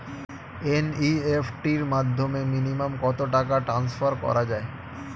NEFT র মাধ্যমে minimum কত টাকা টান্সফার করা যায়?